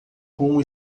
com